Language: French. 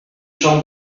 jean